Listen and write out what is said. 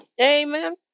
Amen